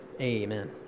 Amen